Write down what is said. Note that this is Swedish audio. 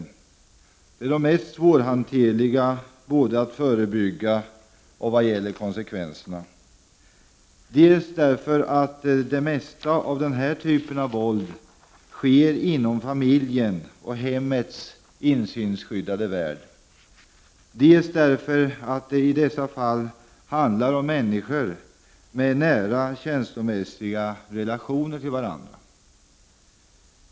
Detta är det mest svårhanterliga, både att förebygga och vad gäller konsekvenserna — dels därför att det mesta av den här typen av våld sker inom familjen och i hemmets insynsskyddade värld, dels därför att det i dessa fall handlar om människor med nära känslomässiga relationer till varandra.